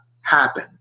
happen